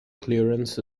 clearance